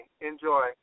Enjoy